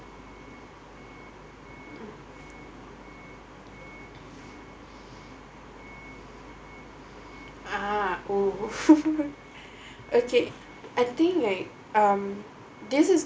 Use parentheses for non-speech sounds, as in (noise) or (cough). ah oh (laughs) okay I think I um this is